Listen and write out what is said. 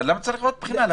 למה צריך עכשיו עוד בחינה?